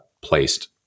placed